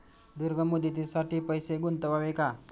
दीर्घ मुदतीसाठी पैसे गुंतवावे का?